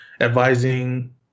advising